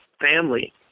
family